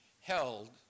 held